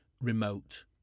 remote